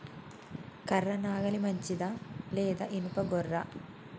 కర్ర నాగలి మంచిదా లేదా? ఇనుప గొర్ర?